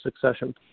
succession